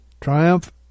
Triumph